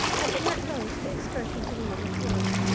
i did not relish the excursion to the lower floor.